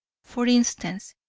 for instance,